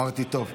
תודה רבה,